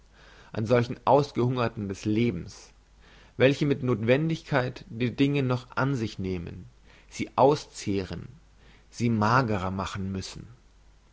an solchen ausgehungerten des lebens welche mit nothwendigkeit die dinge noch an sich nehmen sie auszehren sie magerer machen müssen